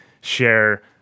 share